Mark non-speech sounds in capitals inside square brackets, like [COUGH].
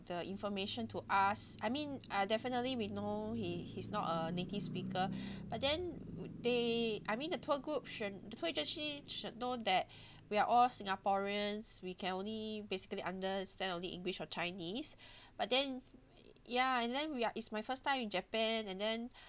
the information to us I mean uh definitely we know he he's not a native speaker [BREATH] but then they I mean the tour group should the travel agency should know that [BREATH] we are all singaporeans we can only basically understand only english or chinese [BREATH] but then ya and then we are is my first time in japan and then [BREATH]